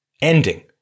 ending